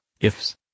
IFS